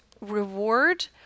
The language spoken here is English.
reward